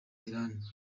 iran